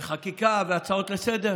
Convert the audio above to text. וחקיקה והצעות לסדר-היום,